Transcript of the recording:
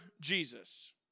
jesus